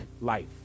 life